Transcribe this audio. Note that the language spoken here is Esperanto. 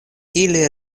ili